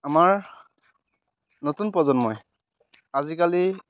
আমাৰ নতুন প্ৰজন্মই আজিকালি